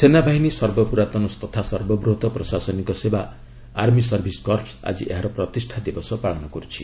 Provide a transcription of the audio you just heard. ସେନାବାହିନୀର ସର୍ବପୁରାତନ ତଥା ସର୍ବ ବୃହତ ପ୍ରଶାସନିକ ସେବା ଆର୍ମି ସର୍ଭିସ୍ କର୍ପ୍ସ୍ ଆଜି ଏହାର ପ୍ରତିଷ୍ଠା ଦିବସ ପାଳନ କରୁଛି